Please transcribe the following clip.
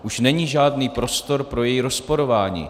Už není žádný prostor pro její rozporování.